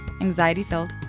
anxiety-filled